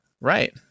Right